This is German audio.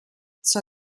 zur